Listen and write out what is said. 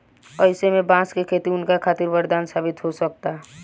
अईसे में बांस के खेती उनका खातिर वरदान साबित हो सकता